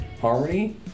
Harmony